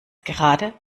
gerade